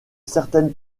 certaine